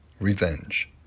revenge